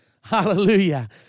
Hallelujah